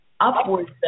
upwards